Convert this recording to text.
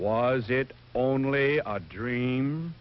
was it only a dream